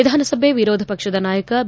ವಿಧಾನಸಭೆ ವಿರೋಧ ಪಕ್ಷದ ನಾಯಕ ಬಿ